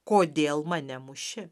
kodėl mane muši